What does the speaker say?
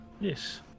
Yes